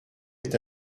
est